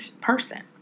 person